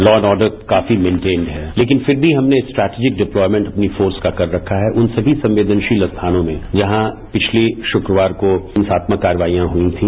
law and order काफी maintained है लेकिन फिर भी हमने स्टेटिजिक डिप्लॉयमेंट अपनी फोर्स का कर रखा है उन सभी संवेदनशील स्थानों में जहां पिछले शुक्रवार को हिंसात्मक कार्रवाइयां हुई थी